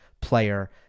player